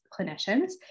clinicians